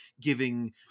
giving